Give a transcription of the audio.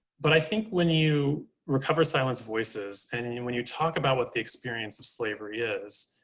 but i think when you recover silenced voices and and and when you talk about what the experience of slavery is,